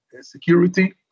security